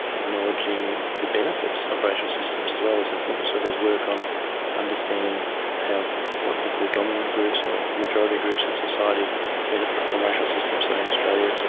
acknowledging the benefits of racial systems as well is important. so there's work on understanding how what we call dominant groups or majority groups in society benefit from racial systems. so in australia, so